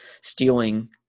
stealing